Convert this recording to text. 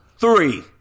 three